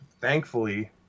thankfully